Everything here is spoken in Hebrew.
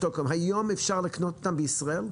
שטוקהולם היום אפשר לקנות אותם בישראל?